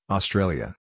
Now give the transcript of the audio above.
Australia